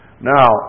Now